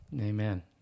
Amen